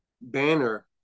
banner